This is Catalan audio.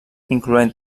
incloent